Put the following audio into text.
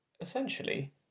Essentially